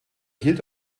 hielt